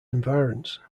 environs